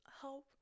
help